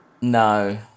No